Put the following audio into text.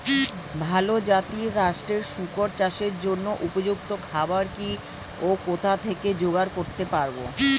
ভালো জাতিরাষ্ট্রের শুকর চাষের জন্য উপযুক্ত খাবার কি ও কোথা থেকে জোগাড় করতে পারব?